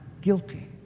guilty